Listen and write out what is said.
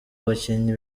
abakinnyi